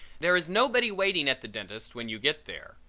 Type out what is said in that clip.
there is nobody waiting at the dentist's when you get there,